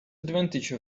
advantage